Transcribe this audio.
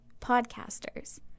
podcasters